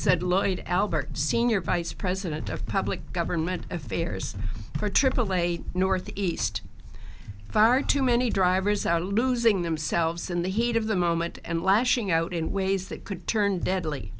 said lloyd albert senior vice president of public government affairs for aaa northeast far too many drivers out losing themselves in the heat of the moment and lashing out in ways that could turn deadly